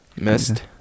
Missed